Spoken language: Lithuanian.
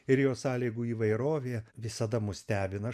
ir jos sąlygų įvairovė visada mus stebina